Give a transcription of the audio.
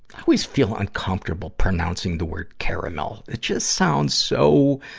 i always feel uncomfortable pronouncing the word caramels. it just sounds so,